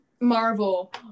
Marvel